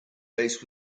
base